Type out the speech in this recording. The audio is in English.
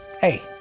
Hey